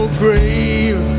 grave